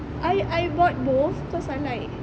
I I bought both cause I like